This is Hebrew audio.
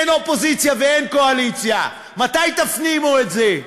אין אופוזיציה ואין קואליציה, מתי תפנימו את זה?